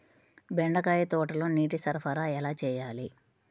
బెండకాయ తోటలో నీటి సరఫరా ఎలా చేయాలి?